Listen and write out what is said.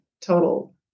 total